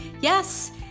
yes